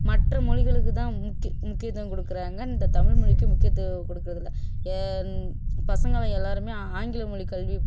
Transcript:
மற்ற மொழிகளுக்கு தான் முக்கியத்துவம் கொடுக்குறாங்க இந்த தமிழ்மொழிக்கு முக்கியத்துவம் கொடுக்குறது இல்லை பசங்களை எல்லாேருமே ஆங்கில மொழிக்கல்வி